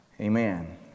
Amen